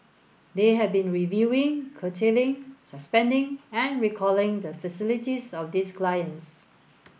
they have been reviewing curtailing suspending and recalling the facilities of these clients